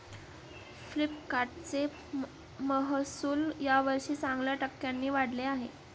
फ्लिपकार्टचे महसुल यावर्षी चांगल्या टक्क्यांनी वाढले आहे